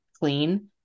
clean